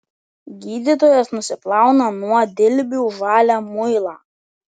gydytojas nusiplauna nuo dilbių žalią muilą